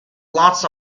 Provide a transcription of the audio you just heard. lots